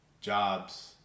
jobs